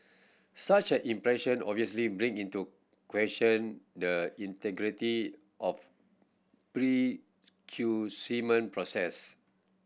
such an impression obviously bring into question the integrity of process